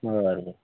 बरं बरं